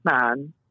man